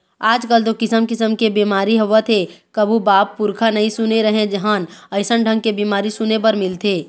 आजकल तो किसम किसम के बेमारी होवत हे कभू बाप पुरूखा नई सुने रहें हन अइसन ढंग के बीमारी सुने बर मिलथे